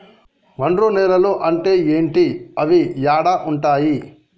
ఒండ్రు నేలలు అంటే ఏంటి? అవి ఏడ ఉంటాయి?